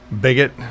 Bigot